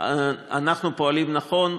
אנחנו פועלים נכון.